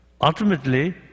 ultimately